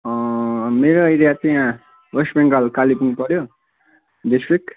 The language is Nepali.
मेरो एरिया त्यहाँ वेस्ट बङ्गाल कालिम्पोङ्ग पऱ्यो डिस्ट्रिक्ट